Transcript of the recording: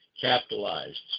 capitalized